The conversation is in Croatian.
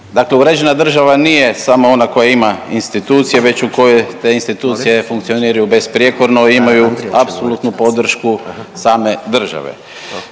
Dakle, uređena država nije samo ona koja ima institucije već u kojoj te institucije funkcioniraju besprijekorno i imaju apsolutno podršku same države.